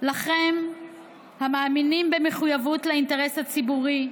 לכם המאמינים במחויבות לאינטרס הציבורי,